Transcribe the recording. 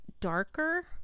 darker